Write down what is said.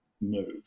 move